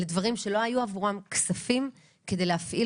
לדברים שלא היו עבורם כספים כדי להפעיל